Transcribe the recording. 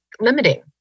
limiting